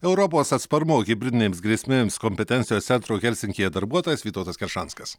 europos atsparumo hibridinėms grėsmėms kompetencijos centro helsinkyje darbuotojas vytautas keršanskas